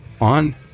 on